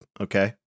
okay